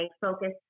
focus